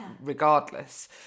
regardless